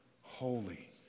holy